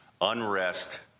unrest